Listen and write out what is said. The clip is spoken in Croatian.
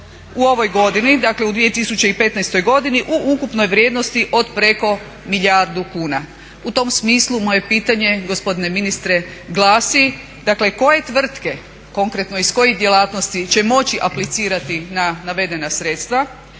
u 2015.godini u ukupnoj vrijednosti od preko milijardu kuna. U tom smislu moje pitanje gospodine ministre glasi, koje tvrtke konkretno iz kojih djelatnosti će moći aplicirati na navedena sredstva,